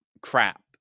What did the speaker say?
crap